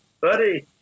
Buddy